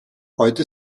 heute